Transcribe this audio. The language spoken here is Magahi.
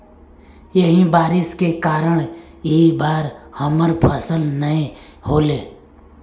यही बारिश के कारण इ बार हमर फसल नय होले?